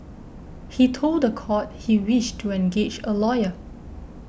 he told the court he wished to engage a lawyer